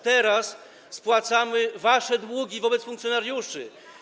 Teraz spłacamy wasze długi wobec funkcjonariuszy.